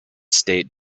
state